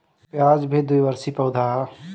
प्याज भी द्विवर्षी पौधा हअ